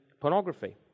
pornography